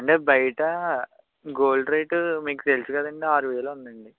అంటే బయట gold rate మీకు తెలుసు కదండి ఆరు వేలు ఉంది అండి